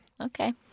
Okay